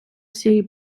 всієї